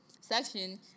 section